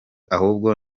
ahubwo